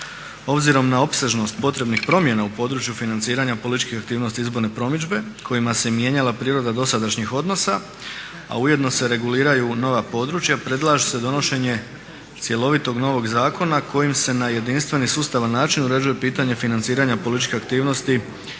Obzirom na opsežnost potrebnih promjena u području financiranja političkih aktivnosti i izborne promidžbe kojima se mijenjala priroda dosadašnjih odnosa, a ujedno se reguliraju nova područja predlaže se donošenje cjelovitog novog zakona kojim se na jedinstven i sustavan način uređuje pitanje financiranja političke aktivnosti,